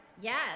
Yes